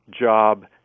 job